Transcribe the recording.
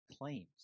claims